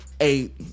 eight